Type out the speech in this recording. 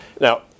Now